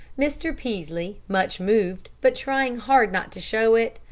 mr. peaslee, much moved, but trying hard not to show it,